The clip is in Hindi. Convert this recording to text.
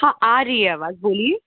हाँ आ रही है आवाज़ बोलिए